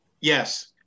yes